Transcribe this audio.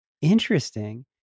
Interesting